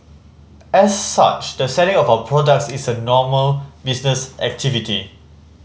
as such the selling of our products is a normal business activity